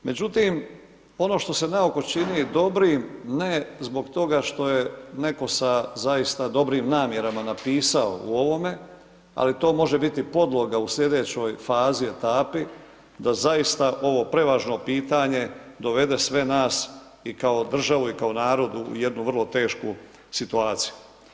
Međutim, ono što se naoko čini, ne zbog toga što je netko sa zaista dobrim namjerama napisao u ovome, ali to može biti podloga u slijedećoj fazi, etapi, da zaista ovo prevažno pitanje dovede sve nas i kao državu i kao narod u jednu vrlo tešku situaciju.